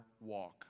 walk